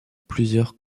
plusieurs